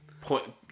point